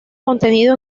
contenido